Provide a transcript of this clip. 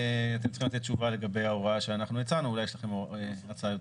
אתם צריכים לתת תשובה לגבי ההוראה אולי יש לכם הצעה יותר